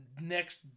next